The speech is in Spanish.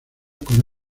con